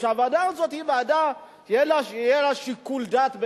שהוועדה הזאת יהיה לה שיקול דעת,